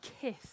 kiss